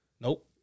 Nope